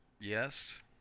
yes